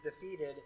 defeated